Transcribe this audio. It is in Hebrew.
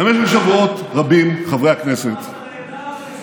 במשך שבועות רבים, חברי הכנסת,